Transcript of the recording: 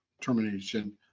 termination